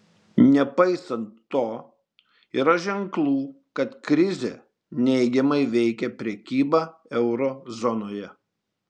nepaisant to yra ženklų kad krizė neigiamai veikia prekybą euro zonoje